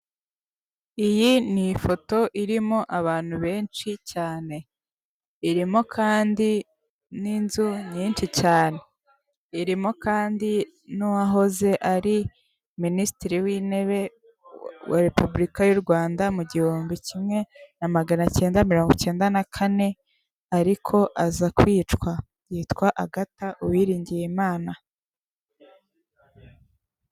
Iyi ni ifoto irimo abantu benshi cyane. Irimo kandi n'inzu nyinshi cyane, irimo kandi n'uwahoze ari minisitiri w'intebe wa repuburika y'u Rwanda mu gihumbi kimwe na magana icyenda mirongo icyenda na kane, ariko aza kwicwa. Yitwa Agata Uwiringiyimana.